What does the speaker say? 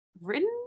written